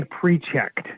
pre-checked